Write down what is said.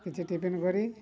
କିଛି ଟିଫିନ୍ କରି